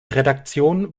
redaktion